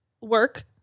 work